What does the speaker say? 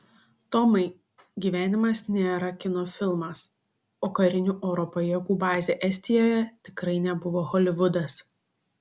tomai gyvenimas nėra kino filmas o karinių oro pajėgų bazė estijoje tikrai nebuvo holivudas